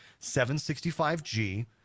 765G